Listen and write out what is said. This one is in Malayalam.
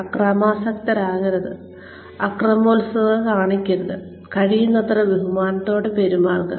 അക്രമാസക്തരാകരുത് ആക്രമണോത്സുകത കാണിക്കരുത് കഴിയുന്നത്ര ബഹുമാനത്തോടെ പെരുമാറുക